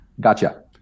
gotcha